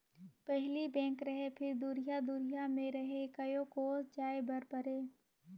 पहिली बेंक रहें फिर दुरिहा दुरिहा मे रहे कयो कोस जाय बर परे